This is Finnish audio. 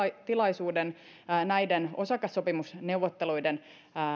tilaisuuden näiden osakassopimusneuvotteluiden